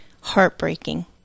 Heartbreaking